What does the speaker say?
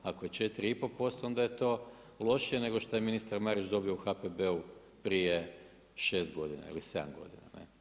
Ako je 4,5% onda je to lošije nego što je ministar Marić dobio u HPB-u prije 6 godina ili 7 godina.